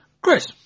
Chris